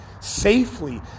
safely